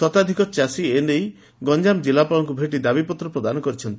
ଶତାଧ୍କ ଚାଷୀ ଏ ନେଇ ଜିଲ୍ଲାପାଳଙ୍କୁ ଭେଟି ଦାବିପତ୍ର ପ୍ରଦାନ କରିଛନ୍ତି